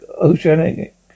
oceanic